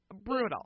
brutal